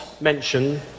mention